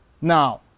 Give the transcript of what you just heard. Now